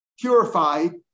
purified